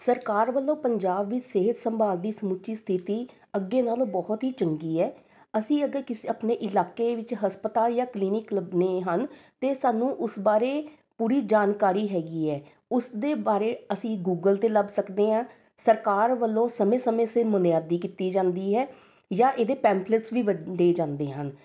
ਸਰਕਾਰ ਵੱਲੋਂ ਪੰਜਾਬ ਵਿੱਚ ਸਿਹਤ ਸੰਭਾਲ ਦੀ ਸਮੁੱਚੀ ਸਥਿਤੀ ਅੱਗੇ ਨਾਲੋਂ ਬਹੁਤ ਹੀ ਚੰਗੀ ਹੈ ਅਸੀਂ ਅਗਰ ਕਿਸੇ ਆਪਣੇ ਇਲਾਕੇ ਵਿੱਚ ਹਸਪਤਾਲ ਜਾਂ ਕਲੀਨਿਕ ਲੱਭਣੇ ਹਨ ਅਤੇ ਸਾਨੂੰ ਉਸ ਬਾਰੇ ਪੂਰੀ ਜਾਣਕਾਰੀ ਹੈਗੀ ਹੈ ਉਸ ਦੇ ਬਾਰੇ ਅਸੀਂ ਗੂਗਲ 'ਤੇ ਲੱਭ ਸਕਦੇ ਹਾਂ ਸਰਕਾਰ ਵੱਲੋਂ ਸਮੇਂ ਸਮੇਂ ਸਿਰ ਮੁਨਾਦੀ ਕੀਤੀ ਜਾਂਦੀ ਹੈ ਜਾਂ ਇਹਦੇ ਪੈਂਪਲਟਸ ਵੀ ਵੰਡੇ ਜਾਂਦੇ ਹਨ